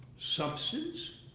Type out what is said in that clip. substance,